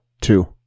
Two